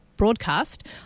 broadcast